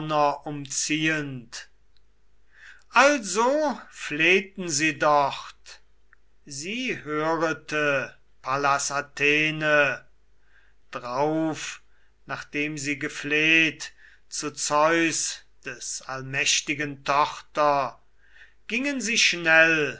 um also flehten sie dort sie hörete pallas athene drauf nachdem sie gefleht zu zeus des allmächtigen tochter gingen sie schnell